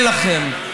אין לכם,